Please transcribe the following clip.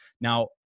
Now